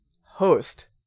host